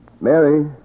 Mary